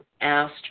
asked